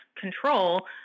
control